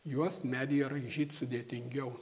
juos medyje raižyt sudėtingiau